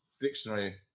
dictionary